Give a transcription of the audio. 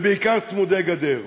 ובעיקר צמודי-גדר.